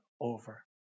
over